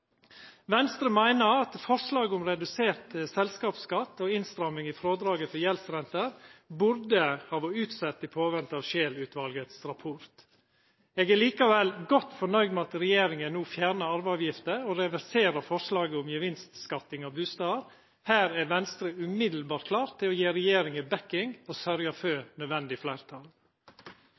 Venstre meiner at forslaget om redusert selskapsskatt og innstramming i frådraget for gjeldsrente burde ha vore utsett i påvente av Scheel-utvalet sin rapport. Eg er likevel godt fornøyd med at regjeringa no fjernar arveavgifta og reverserer forslaget om gevinstskattlegging av bustader. Her er ein i Venstre umiddelbart klar til å gi regjeringa støtte og sørgja for eit nødvendig fleirtal.